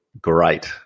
great